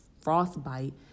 frostbite